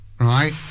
right